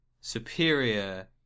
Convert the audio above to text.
Superior